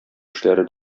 эшләре